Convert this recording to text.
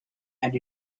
and